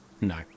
No